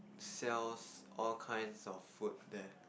sells all kind of food there